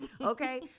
okay